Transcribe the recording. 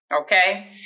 Okay